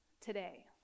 today